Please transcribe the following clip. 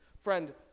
Friend